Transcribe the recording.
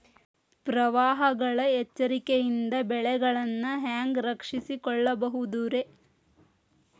ಪ್ರವಾಹಗಳ ಎಚ್ಚರಿಕೆಯಿಂದ ಬೆಳೆಗಳನ್ನ ಹ್ಯಾಂಗ ರಕ್ಷಿಸಿಕೊಳ್ಳಬಹುದುರೇ?